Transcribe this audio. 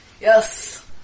Yes